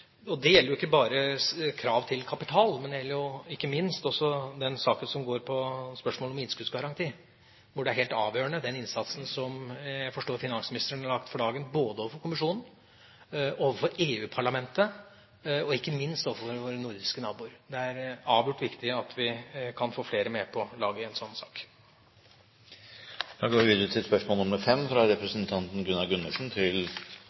Det gjelder ikke minst den saken som går på spørsmålet om innskuddsgaranti, hvor den innsatsen som jeg forstår finansministeren har lagt for dagen både overfor kommisjonen, overfor EU-parlamentet og ikke minst overfor våre nordiske naboer, er helt avgjørende. Det er avgjort viktig at vi kan få flere med på laget i en sånn sak. Også dette spørsmålet besvares av justisministeren på vegne av finansministeren. Jeg har et spørsmål til